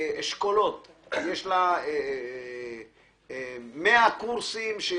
אשכולות, יש לה 100 קורסים.